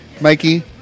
Mikey